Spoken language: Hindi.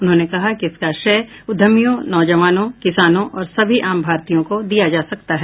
उन्होंने कहा कि इसका श्रेय उद्यमियों नौजवानों किसानों और सभी आम भारतीयों को दिया जा सकता है